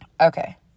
Okay